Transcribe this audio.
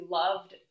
loved